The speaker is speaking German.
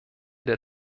der